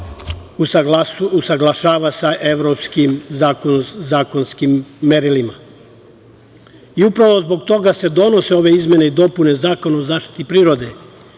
usaglašava sa evropskim zakonskim merilima. Upravo zbog toga se donose ove izmene i dopune Zakona o zaštiti prirode,